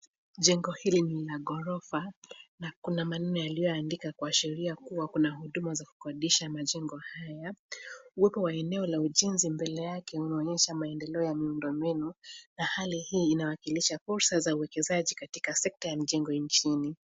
Jengo hili ni la ghorofa na kuna maneno yaliyoandikwa kuashiria kuwa kuna huduma za kukodisha majengo haya. Uwepo wa eneo la ujenzi mbele yake unaonyesha maendeleo ya miundombinu na hali hii inawakilisha fursa za uwekezaji katika sekta ya mijengo nchini.